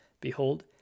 Behold